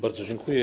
Bardzo dziękuję.